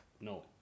no